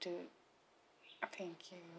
thank you